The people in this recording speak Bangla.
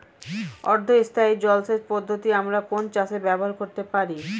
অর্ধ স্থায়ী জলসেচ পদ্ধতি আমরা কোন চাষে ব্যবহার করতে পারি?